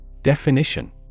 Definition